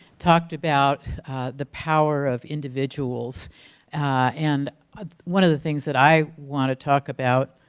talked about the power of individuals and one of the things that i want to talk about,